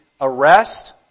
arrest